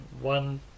one